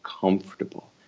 comfortable